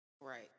Right